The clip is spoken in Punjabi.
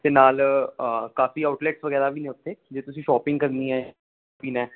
ਅਤੇ ਨਾਲ ਕਾਫੀ ਆਊਟਲੈਟਸ ਵਗੈਰਾ ਵੀ ਆ ਉੱਥੇ ਜੇ ਤੁਸੀਂ ਸ਼ੋਪਿੰਗ ਕਰਨੀ ਹੈ ਪੀਣਾ